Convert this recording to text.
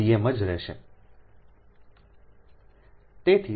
તેથી 0